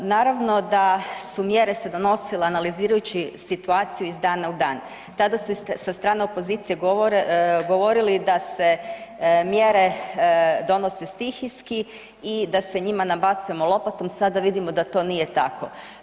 Naravno da su mjere se donosile analizirajući situaciju iz dana u dan, tada su sa strane opozicije govorili da se mjere donose stihijski i da se njima nabacujemo lopatom, sada vidimo da to nije tako.